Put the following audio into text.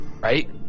right